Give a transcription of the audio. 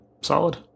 solid